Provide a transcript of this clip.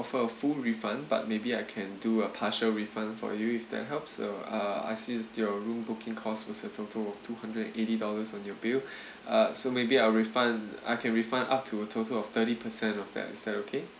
offer a full refund but maybe I can do a partial refund for you if that helps so uh I see your room booking cost was a total of two hundred and eighty dollars on your bill uh so maybe I'll refund I can refund up to a total of thirty percent of them is that okay